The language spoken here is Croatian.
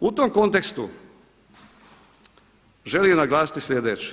U tom kontekstu želim naglasiti sljedeće